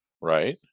Right